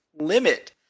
limit